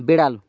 বেড়াল